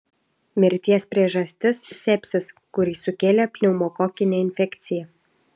mirties priežastis sepsis kurį sukėlė pneumokokinė infekcija